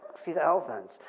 to see the elephants.